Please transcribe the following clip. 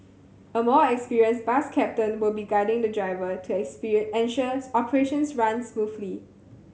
a more experienced bus captain would be guiding the driver to ensure operations run smoothly